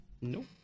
Nope